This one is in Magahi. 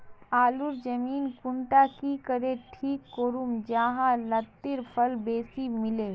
आलूर जमीन कुंडा की करे ठीक करूम जाहा लात्तिर फल बेसी मिले?